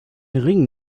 ring